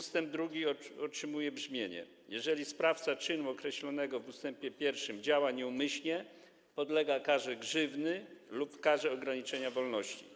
Ust. 2 otrzymuje brzmienie: Jeżeli sprawca czynu określonego w ust. 1 działa nieumyślnie, podlega karze grzywny lub karze ograniczenia wolności.